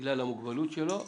בגלל המוגבלות שלו.